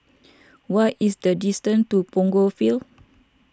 what is the distance to Punggol Field